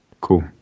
Cool